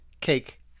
cake